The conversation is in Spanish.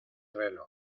reloj